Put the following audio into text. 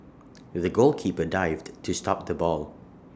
the goalkeeper dived to stop the ball